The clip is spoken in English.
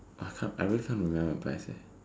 I can't I really can't remember the past eh